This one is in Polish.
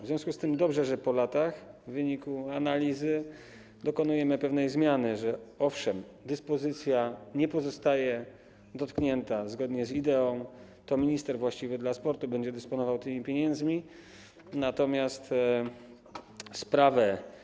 W związku z tym dobrze, że po latach w wyniku analizy dokonujemy pewnej zmiany, polegającej na tym, że owszem, dyspozycja nie pozostaje dotknięta, bo zgodnie z ideą to minister właściwy w obszarze sportu będzie dysponował tymi pieniędzmi, natomiast sprawę.